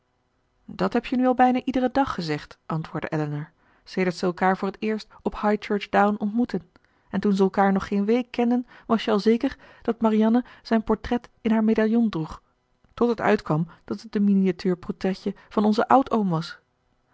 dat heb je nu al bijna iederen dag gezegd antwoordde elinor sedert ze elkaar voor t eerst op high church down ontmoetten en toen ze elkaar nog geen week kenden was je al zeker dat marianne zijn portret in haar medaillon droeg tot het uitkwam dat het een miniatuur portretje van onzen oudoom was